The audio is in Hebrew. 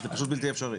זה פשוט בלתי אפשרי.